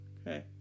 Okay